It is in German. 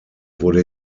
wurde